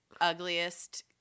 ugliest